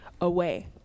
away